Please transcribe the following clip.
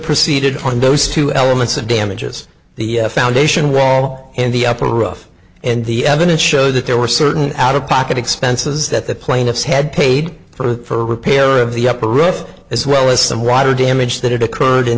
proceeded on those two elements of damages the foundation wall and the upper rough and the evidence showed that there were certain out of pocket expenses that the plaintiffs had paid for repair of the upper roof as well as some rider damage that had occurred in